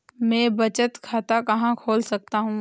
मैं बचत खाता कहाँ खोल सकता हूँ?